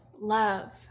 love